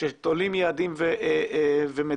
שתולים יעדים ומדדים.